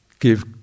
Give